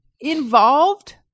involved